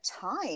time